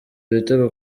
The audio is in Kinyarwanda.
ibitego